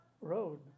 road